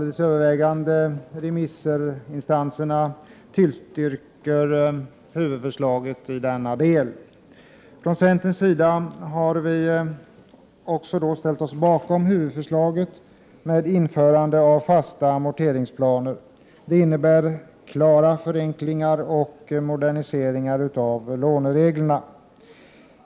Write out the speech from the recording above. Det övervägande antalet remissinstanser tillstyrker förslaget i denna del. Från centerns sida har vi också ställt oss bakom huvudförslaget, att man inför fasta amorteringsplaner. Det innebär klara förenklingar och moderniseringar av lånereglerna.